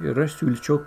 ir aš siūlyčiau